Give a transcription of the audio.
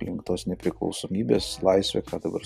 link tos nepriklausomybės laisvė ką dabar